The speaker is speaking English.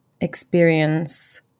experience